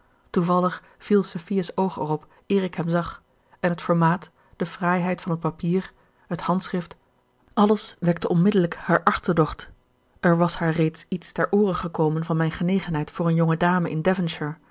toevallig viel sophia's oog erop eer ik hem zag en het formaat de fraaiheid van het papier het handschrift alles wekte onmiddellijk haar achterdocht er was haar reeds iets ter oore gekomen van mijne genegenheid voor eene jonge dame in